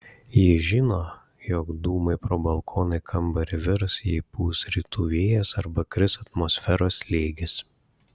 ji žino jog dūmai pro balkoną į kambarį virs jei pūs rytų vėjas arba kris atmosferos slėgis